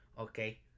Okay